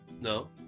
No